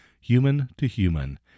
human-to-human